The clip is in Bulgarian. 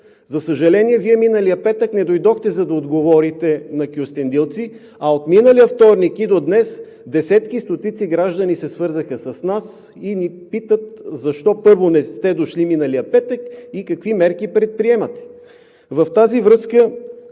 За съжаление, Вие миналия петък не дойдохте, за да отговорите на кюстендилци, а от миналия вторник до днес десетки стотици граждани се свързаха с нас и ни питат защо не сте дошли миналия петък и какви мерки предприемате?